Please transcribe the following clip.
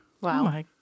Wow